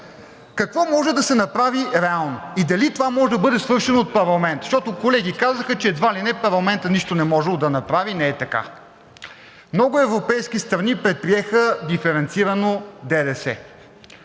реално може да се направи и дали това може да бъде свършено от парламента, защото колеги казаха, че едва ли не парламентът нищо не можел да направи – не е така. Много европейски страни предприеха диференциран ДДС.